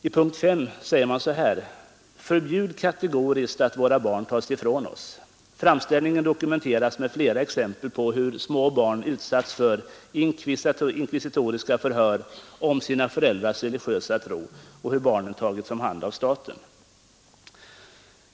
I punkt 5 säger man: ”Förbjud kategoriskt att våra barn tar ifrån oss.” Framställningen dokumenteras med flera exempel på hur små barn utsatts för inkvisitoriska förhör om sina föräldrars religiösa tro, och hur barnen tagits om hand av staten.